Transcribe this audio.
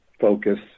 focus